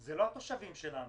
זה לא התושבים שלנו,